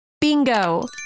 Bingo